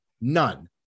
none